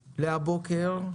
הבוקר,